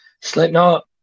slipknot